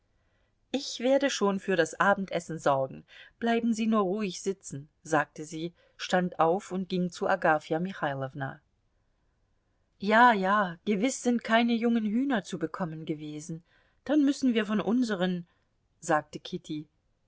ich werde schon für das abendessen sorgen bleiben sie nur ruhig sitzen sagte sie stand auf und ging zu agafja michailowna ja ja gewiß sind keine jungen hühner zu bekommen gewesen dann müssen wir von unseren sagte kitty